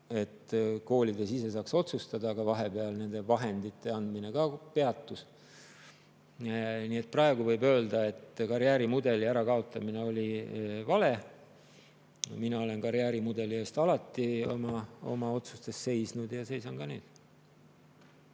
saaksid ise otsustada. Aga vahepeal nende vahendite andmine ka peatus. Praegu võib öelda, et karjäärimudeli ärakaotamine oli vale. Mina olen karjäärimudeli eest alati oma otsustes seisnud ja seisan ka nüüd.